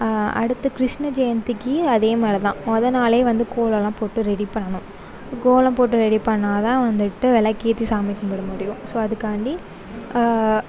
அடுத்து கிருஷ்ண ஜெயந்திக்கு அதே மாதிரி தான் மொதல் நாளே வந்து கோலமெலாம் போட்டு ரெடி பண்ணணும் கோலம் போட்டு ரெடி பண்ணிணா தான் வந்துட்டு விளக்கு ஏற்றி சாமி கும்பிட முடியும் ஸோ அதுக்காண்டி